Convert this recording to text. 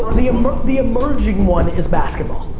sort of the the emerging one is basketball,